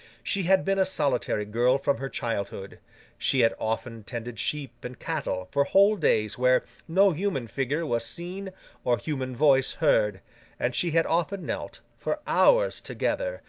she had been a solitary girl from her childhood she had often tended sheep and cattle for whole days where no human figure was seen or human voice heard and she had often knelt, for hours together,